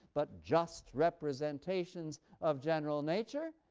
but just representations of general nature,